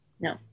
No